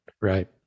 Right